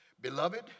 Beloved